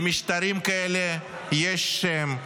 למשטרים כאלה יש שם,